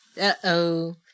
Uh-oh